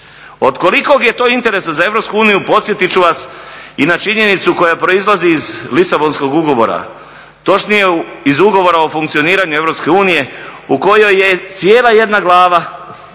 Od kolikog je to interesa za EU, podsjetit ću vas i na činjenicu koja proizlazi iz Lisabonskog ugovora, točnije iz ugovora o funkcioniranju EU u kojoj je cijela jedna glava,